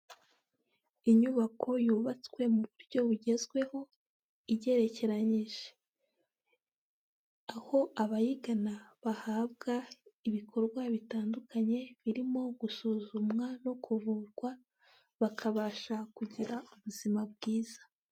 Inyubako yubatswe mu buryo bugezweho igerekeyije. Aho abayigana bahabwa ibikorwa bitandukanye, birimo gusuzumwa no kuvurwa bakabasha kugira ubuzima bwiza.